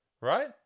right